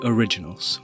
Originals